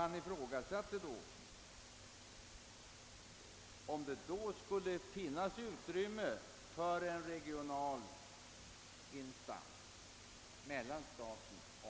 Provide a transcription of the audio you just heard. Han ifrågasatte om det då skulle finnas utrymme för en regional instans mellan staten och kommunerna.